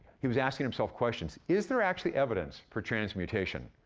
he was asking himself questions. is there actually evidence for transmutation?